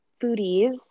foodies